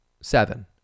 Seven